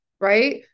right